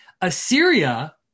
Assyria